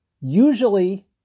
usually